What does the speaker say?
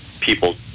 people